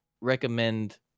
recommend